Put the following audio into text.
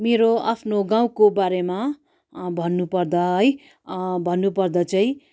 मेरो आफ्नो गाउँको बारेमा भन्नु पर्दा है भन्नु पर्दा चाहिँ